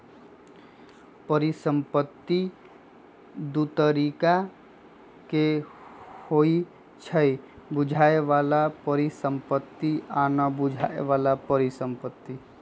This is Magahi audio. परिसंपत्ति दु तरिका के होइ छइ बुझाय बला परिसंपत्ति आ न बुझाए बला परिसंपत्ति